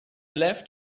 left